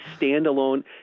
standalone